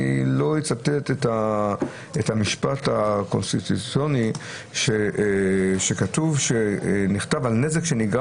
אני לא אצטט את המשפט הקונסטיטוציוני שנכתב על נזק שנגרם